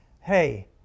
hey